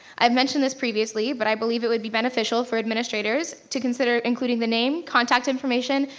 i've mentioned this previously but i believe it would be beneficial for administrators to consider including the name, contact information,